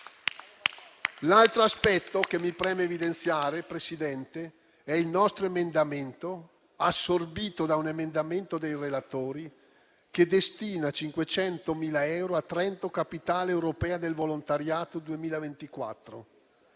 L'altro aspetto che mi preme evidenziare, signor Presidente, riguarda il nostro emendamento, assorbito da una proposta dei relatori, che destina 500.000 euro a Trento capitale europea del volontariato 2024.